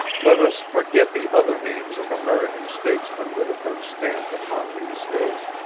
let us forget the other names of american statesmen that have been stamped upon these hills,